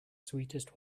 sweetest